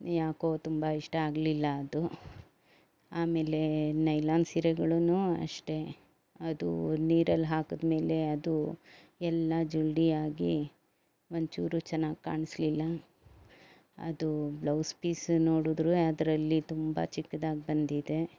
ಯಾಕೋ ತುಂಬ ಇಷ್ಟ ಆಗಲಿಲ್ಲ ಅದು ಆಮೇಲೆ ನೈಲಾನ್ ಸೀರೆಗಳೂ ಅಷ್ಟೆ ಅದು ನೀರಲ್ಲಿ ಹಾಕಿದ ಮೇಲೆ ಅದು ಎಲ್ಲ ಜೊಂಡೆ ಆಗಿ ಒಂಚೂರು ಚೆನ್ನಾಗಿ ಕಾಣಿಸ್ಲಿಲ್ಲ ಅದು ಬ್ಲೌಸ್ ಪೀಸ್ ನೋಡಿದ್ರೂ ಅದರಲ್ಲಿ ತುಂಬ ಚಿಕ್ದಾಗಿ ಬಂದಿದೆ